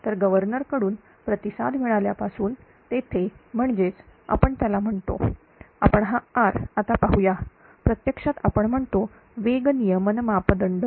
तर गव्हर्नर कडून प्रतिसाद मिळाल्यापासून तिथे म्हणजेच आपण त्याला म्हणतो आपण हा R आता पाहूया प्रत्यक्षात आपण म्हणतो वेग नियमन मापदंड